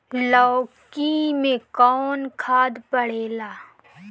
लौकी में कौन खाद पड़ेला?